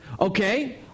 Okay